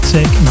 Take